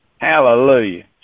Hallelujah